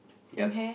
yup